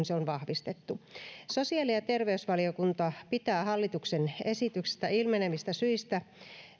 se on vahvistettu sosiaali ja terveysvaliokunta pitää hallituksen esityksestä ilmenevistä syistä